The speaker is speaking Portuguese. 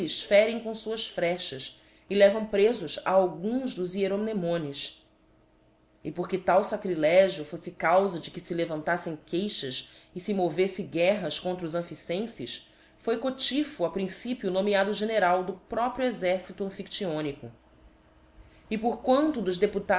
ferem com fuás frechas e levam prefos a alguns dos hieromnemones e porque tal facrilegio foífe caufa de que fe levantaífem queixas e fe moveífe guerra contra os amphiltenfes foi cottypho a principio nomeado general do próprio exercito amphiclyonico e por quanto dos